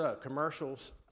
commercials